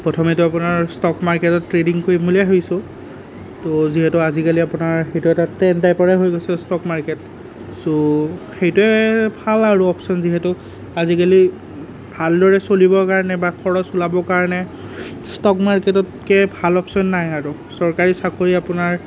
প্ৰথমেতো আপোনাৰ ষ্টক মাৰ্কেটত ট্ৰেডিং কৰিম বুলিয়েই ভাবিছোঁ তো যিহেতু আজিকালি আপোনাৰ সেইটো এটা ট্ৰেণ্ড টাইপৰে হৈ গৈছে ষ্টক মাৰ্কেট ছ' সেইটোৱে ভাল আৰু অপশ্বন যিহেতু আজিকালি ভাল দৰে চলিবৰ কাৰণে বা খৰচ ওলাব কাৰণে ষ্টক মাৰ্কেটতকৈ ভাল অপশ্বন নাই আৰু চৰকাৰী চাকৰি আপোনাৰ